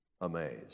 amazed